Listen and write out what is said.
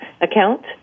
account